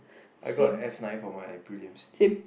I got F nine for my prelims